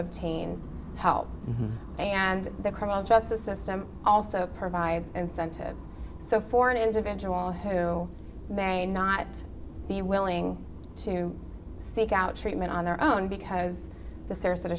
obtain help and the criminal justice system also provides incentives so for an individual who may not be willing to seek out treatment on their own because the s